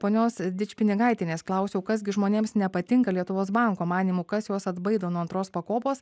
ponios dičpinigaitienės klausiau kas gi žmonėms nepatinka lietuvos banko manymu kas juos atbaido nuo antros pakopos